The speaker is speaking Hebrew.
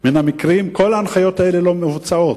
מהמקרים כל ההנחיות האלה לא מבוצעות.